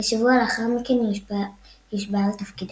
ושבוע לאחר מכן היא הושבעה לתפקידה.